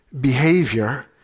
behavior